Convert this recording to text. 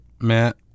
Matt